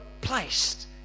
placed